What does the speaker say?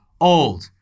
old